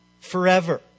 forever